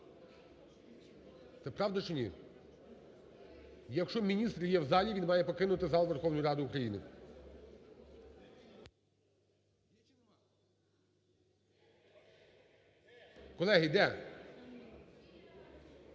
Це правда чи ні? Якщо міністр є в залі – він має покинути зал Верховної Ради України. Колеги, де?